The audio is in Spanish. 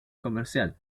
comercial